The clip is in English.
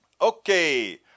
Okay